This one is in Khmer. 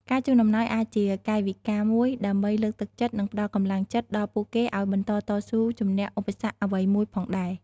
ការជូនអំណោយអាចជាកាយវិការមួយដើម្បីលើកទឹកចិត្ត និងផ្តល់កម្លាំងចិត្តដល់ពួកគេឲ្យបន្តតស៊ូជំនះឧបសគ្គអ្វីមួយផងដែរ។